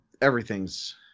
Everything's